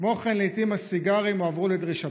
כמו כן, לעיתים הסיגרים הועברו לדרישתך.